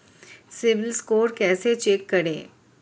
CIBIL score कैसे check करें?